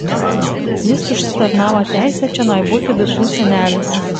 jis užsitarnavo teisę čionai būti visų senelis